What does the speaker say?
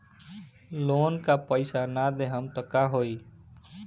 Loan का पैस न देहम त का होई?